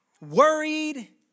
worried